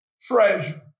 treasure